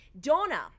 donna